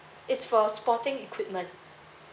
it's for sporting equipment